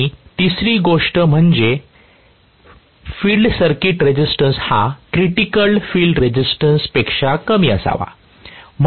आणि तिसरी गोष्ट म्हणजे फील्ड सर्किटचा रेझिस्टन्स हा क्रिटिकल फील्ड रेझिस्टन्स पेक्षा कमी असावा